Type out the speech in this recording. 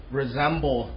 resemble